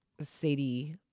Sadie